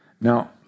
Now